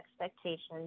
expectations